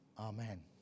Amen